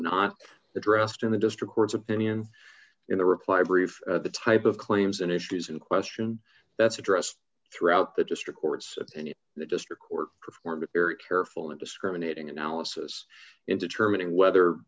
not addressed in the district court's opinion in the reply brief the type of claims and issues in question that's addressed throughout the district court's opinion the district court performed a very careful and discriminating analysis in determining whether